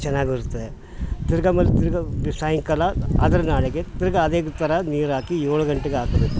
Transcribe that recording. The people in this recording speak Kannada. ಚೆನ್ನಾಗಿರುತ್ತೆ ತಿರ್ಗಿ ಆಮೇಲೆ ತಿರ್ಗಿ ಸಾಯಂಕಾಲ ಅದ್ರ ನಾಳೆಗೆ ತಿರ್ಗಿ ಅದೇ ಥರ ನೀರ್ಹಾಕಿ ಏಳು ಗಂಟೆಗೆ ಹಾಕ್ಬೇಕು